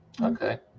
Okay